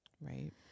right